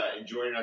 enjoying